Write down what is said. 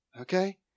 Okay